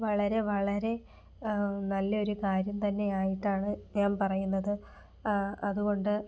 വളരെ വളരെ നല്ലെയൊരു കാര്യം തന്നെയായിട്ടാണ് ഞാൻ പറയുന്നത് അത്കൊണ്ട്